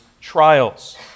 trials